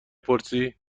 پرسی